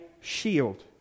shield